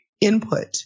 input